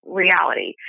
reality